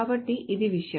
కాబట్టి ఇది విషయం